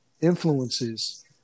influences